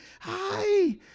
Hi